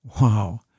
Wow